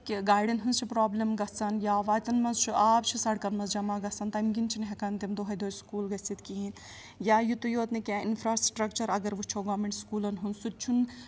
کہِ گاڑٮ۪ن ہٕنٛز چھِ پرابلِم گژھان یا وَتن منٛز چھُ آب چھِ سڑکَن منٛز جمع گژھان تمہِ گِنٛدۍ چھِنہٕ ہٮ۪کان تِم دۄہَے دۄہے سکوٗل گٔژھتھ کِہیٖنۍ یا یُتے یوت نہٕ کیٚنٛہہ اِنفراسٹرٛکچَر اگر وٕچھو گورمِنٹ سکوٗلَن ہُنٛد سُہ تہِ چھُنہٕ